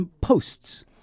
posts